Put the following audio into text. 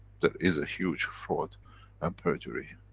there is a huge fraud and perjury.